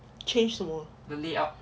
change 什么